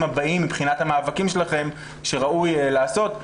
הבאים מבחינת המאבקים שלכם שראוי לעשות.